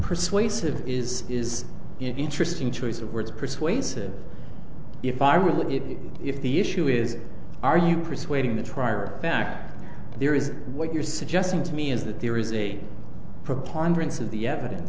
persuasive is is interesting choice of words persuasive if i really if the issue is are you persuading the trial back there is what you're suggesting to me is that there is a preponderance of the evidence